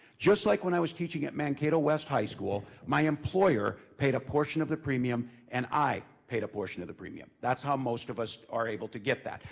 just like when i was teaching at mankato west high school, my employer paid a portion of the premium and i paid a portion of the premium. that's how most of us are able to get that.